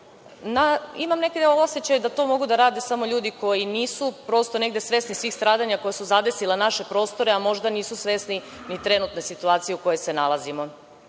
Imam neki osećaj da to mogu da rade samo ljudi koji nisu svesni svih stradanja koja su zadesila naše prostore, a možda nisu svesni ni trenutne situacije u kojoj se nalazimo.